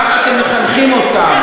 ככה אתם מחנכים אותם.